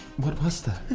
what was that?